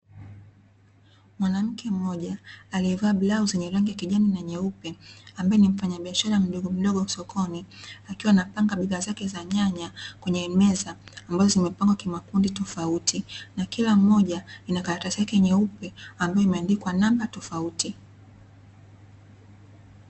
Mwanamke mmoja aliyevaa blauzi yenye rangi kijani na nyeupe ambaye ni mfanyabiashara mdogo mdogo sokoni akiwa anapanga bidhaa zake za nyanya kwenye meza ambazo zimepangwa kimakundi tofauti na kila moja ina karatasi yake nyeupe ambayo imeandikwa namba tofauti.